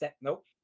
nope